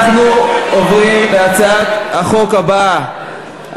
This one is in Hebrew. אנחנו עוברים להצעת החוק הבאה,